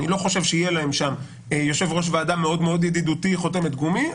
אני לא חושב שיהיה להם שם יושב ראש ועדה מאוד מאוד ידידותי חותמת גומי,